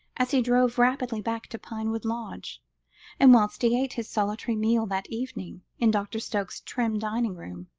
as he drove rapidly back to pinewood lodge and, whilst he ate his solitary meal that evening, in dr. stokes's trim dining-room,